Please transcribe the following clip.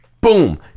boom